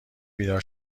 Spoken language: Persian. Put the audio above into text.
بیدار